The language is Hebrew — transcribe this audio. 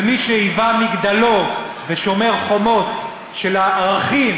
ומי שהיווה מגדלור ושומר חומות של הערכים